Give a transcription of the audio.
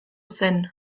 zen